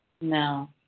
No